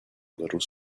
little